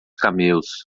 camelos